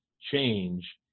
change